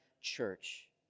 church